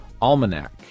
Almanac